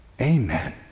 Amen